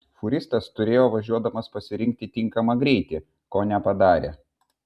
fūristas turėjo važiuodamas pasirinkti tinkamą greitį ko nepadarė